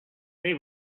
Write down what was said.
they